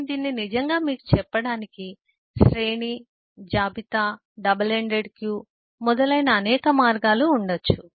నేను దీన్ని నిజంగా మీకు చెప్పడానికి శ్రేణి జాబితా డబుల్ ఎండెడ్ క్యూ మరియు మొదలైన అనేక మార్గాలు ఉండవచ్చు